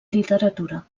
literatura